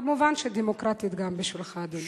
כמובן שגם דמוקרטית בשבילך, אדוני.